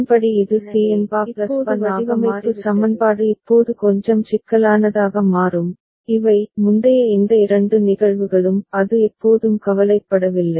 JC Bn An KC An Bn JB Cn'An KB An Cn JA Cn' Bn KA 1 எனவே இப்போது வடிவமைப்பு சமன்பாடு இப்போது கொஞ்சம் சிக்கலானதாக மாறும் இவை முந்தைய இந்த இரண்டு நிகழ்வுகளும் அது எப்போதும் கவலைப்படவில்லை